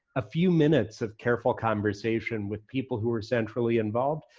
a few minutes of careful conversation with people who are centrally involved,